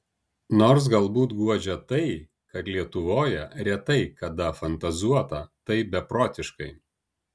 nors galbūt guodžia tai kad lietuvoje retai kada fantazuota taip beprotiškai